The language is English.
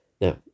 Now